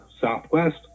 southwest